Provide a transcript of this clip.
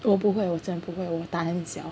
我不会我真的不会我胆很小